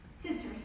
sisters